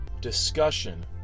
discussion